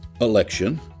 election